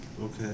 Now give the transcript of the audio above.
Okay